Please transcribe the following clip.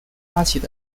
发起